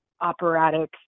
operatic